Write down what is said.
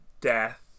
death